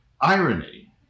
irony